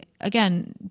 Again